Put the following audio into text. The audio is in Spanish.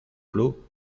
club